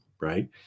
right